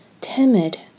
timid